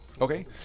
Okay